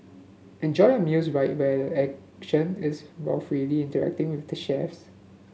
enjoy your meals right where the action is while freely interacting with the chefs